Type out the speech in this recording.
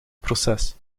proces